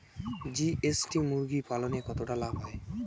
GST মুরগি পালনে কতটা লাভ হয়?